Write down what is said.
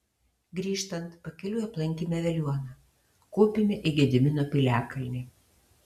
grįžtant pakeliui aplankėme veliuoną kopėme į gedimino piliakalnį